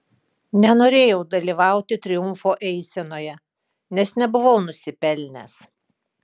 nenorėjau dalyvauti triumfo eisenoje nes nebuvau nusipelnęs